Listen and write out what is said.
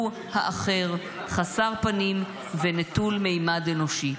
הוא האחר, חסר פנים ונטול ממד אנושי.